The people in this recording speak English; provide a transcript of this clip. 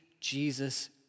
Jesus